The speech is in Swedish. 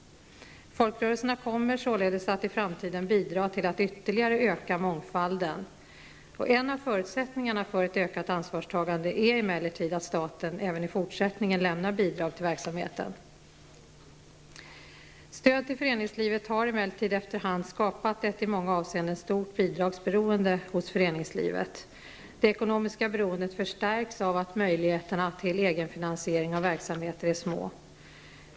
Folkrörelserna kommer således att i framtiden bidra till att ytterligare öka mångfalden. En av förutsättningarna för ett ökat ansvarstagande är emellertid att staten även i fortsättningen lämnar bidrag till verksamheten. Stöd till föreningslivet har emellertid efter hand skapat ett i många avseenden stort bidragsberoende hos föreningslivet. Det ekonomiska beroendet förstärks av att möjligheterna till egenfinansiering av verksamheter är små.